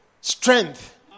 strength